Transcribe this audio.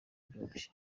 byoroshye